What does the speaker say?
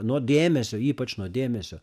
nuo dėmesio ypač nuo dėmesio